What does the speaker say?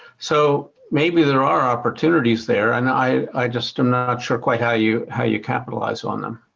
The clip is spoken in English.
so maybe there are opportunities there and i i just am not sure quite how you how you capitalize on them.